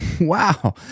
Wow